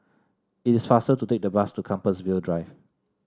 it is faster to take the bus to Compassvale Drive